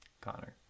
Connor